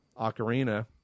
Ocarina